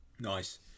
nice